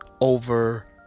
over